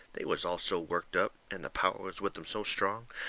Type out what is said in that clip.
they was all so worked up, and the power was with em so strong,